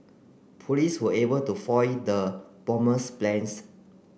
police were able to foil the bomber's plans